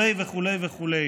וכו' וכו' וכו'.